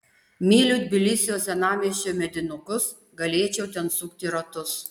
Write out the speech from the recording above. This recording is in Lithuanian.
myliu tbilisio senamiesčio medinukus galėčiau ten sukti ratus